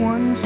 One